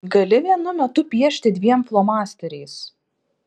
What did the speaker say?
gali vienu metu piešti dviem flomasteriais